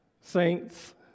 Saints